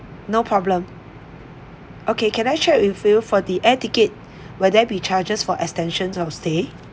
no problem okay can I check with you for the air ticket were there be charges for extensions of stay